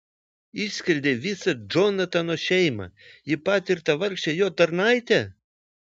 išskerdei visą džonatano šeimą jį patį ir tą vargšę jo tarnaitę